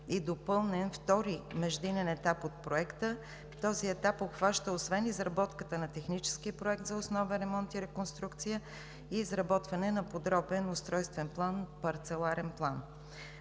и допълнен втори междинен етап от проекта. Този етап обхваща освен изработката на техническия проект за основен ремонт и реконструкция, и изработване на подробен устройствен план – Парцеларен план.